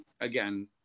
again